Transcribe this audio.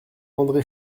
andré